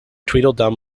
tweedledum